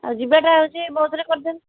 ଆଉ ଯିବାଟା ହେଉଛି ବସ୍ରେ କରିଦିଅନ୍ତୁ